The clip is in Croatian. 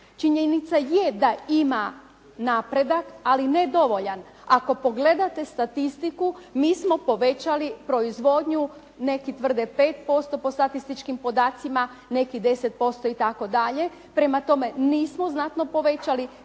Činjenica je da ima napredak ali ne dovoljan. Ako pogledate statistiku mi smo povećali proizvodnju neki tvrde 5% po statističkim podacima, neki 10% itd. Prema tome, nismo znatno povećali.